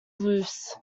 loose